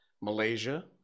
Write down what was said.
Malaysia